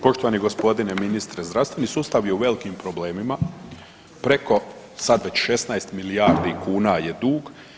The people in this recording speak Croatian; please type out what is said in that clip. Poštovani gospodine ministre, zdravstveni sustav je u velikim problemima, preko sad već 16 milijardi kuna je dug.